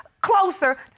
closer